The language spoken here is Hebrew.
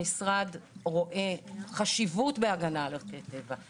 המשרד רואה חשיבות בהגנה על ערכי טבע.